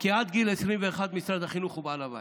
כי עד גיל 21 משרד החינוך הוא בעל הבית,